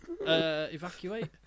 evacuate